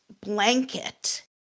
blanket